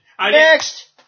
Next